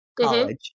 College